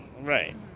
Right